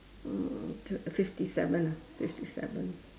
um fifty seven ah fifty seven